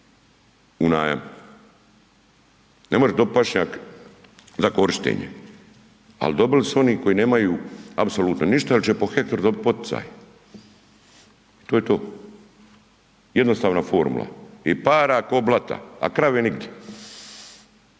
u najam, ne može dobiti pašnjak za korištenje ali dobili su oni koji nemaju apsolutno ništa jer će po hektaru dobiti poticaje. To je to. Jednostavna formula i para ko blata a krave nigdje.